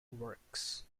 works